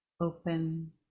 open